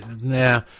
Nah